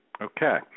Okay